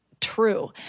true